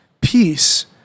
peace